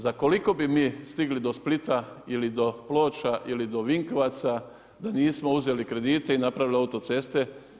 Za koliko bi mi stigli do Splita ili do Ploča ili do Vinkovaca da nismo uzeli kredite i napravili autoceste?